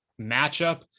matchup